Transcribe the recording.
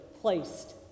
placed